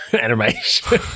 animation